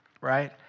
right